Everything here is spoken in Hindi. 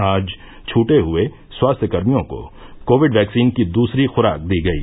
आज छटे हुए स्वास्थ्य कर्मियों को कोविड वैक्सीन की दूसरी खुराक दी गयी